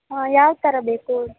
ಹಾಂ ಯಾವ ಥರ ಬೇಕು